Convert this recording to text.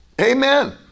Amen